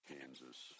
Kansas